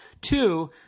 Two